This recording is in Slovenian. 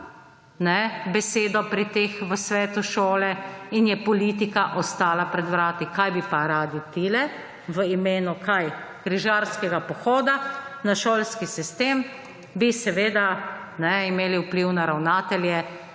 besedo v svetu šole in je politika ostala pred vrati. Kaj bi pa radi tile? V imenu – kaj? – križarskega pohoda na šolski sistem? Bi seveda imeli vpliv na ravnatelje,